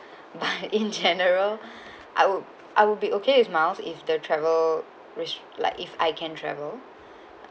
but in general I will I will be okay with miles if the travel which like if I can travel